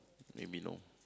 maybe no